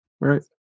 right